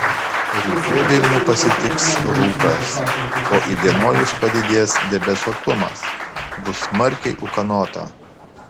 ryte vilnių pasitiks rūkas o įdienojus padidės debesuotumas bus smarkiai ūkanota